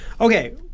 okay